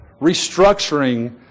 restructuring